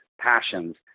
passions